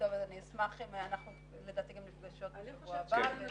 לדעתי אנחנו גם נפגשות בשבוע הבא,